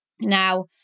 Now